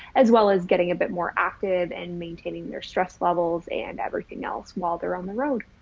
as well as getting a bit more active and maintaining their stress levels and everything else while they're on the road.